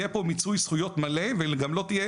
יהיה פה מיצוי זכויות מלא וגם לא תהיה